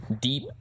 deep